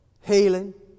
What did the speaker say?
Healing